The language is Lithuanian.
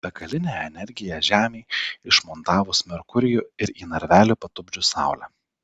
begalinė energija žemei išmontavus merkurijų ir į narvelį patupdžius saulę